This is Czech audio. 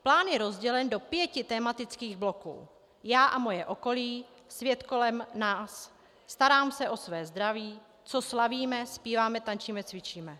Plán je rozdělen do pěti tematických bloků: já a moje okolí, svět kolem nás, starám se o své zdraví, co slavíme a zpíváme, tančíme, cvičíme.